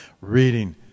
reading